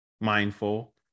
mindful